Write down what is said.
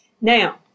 Now